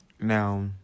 Now